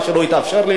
מה שלא התאפשר לי,